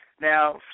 Now